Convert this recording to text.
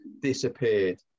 Disappeared